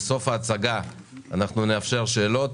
בסוף ההצגה אנחנו נאפשר שאלות